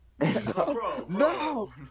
No